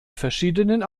verschiedenen